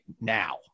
now